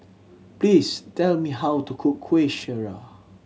please tell me how to cook Kueh Syara